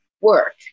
work